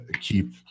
keep